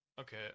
Okay